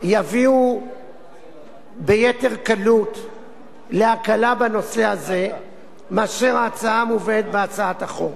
יביאו ביתר קלות להקלה בנושא הזה מאשר ההצעה המובאת בהצעת חוק.